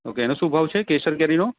okay એનો શું ભાવ છે કેસર કેરીનો